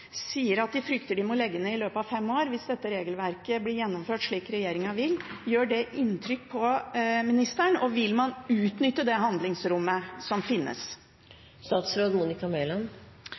sier at de frykter at de må legge ned i løpet av fem år hvis dette regelverket blir gjennomført, slik regjeringen vil, gjør dette inntrykk på ministeren? Og vil man utnytte det handlingsrommet som finnes?